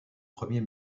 premier